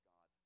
God